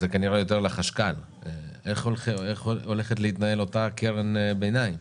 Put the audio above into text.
זה כנראה יותר לחשכ"ל איך הולכת להתנהל אותה קרן ביניים?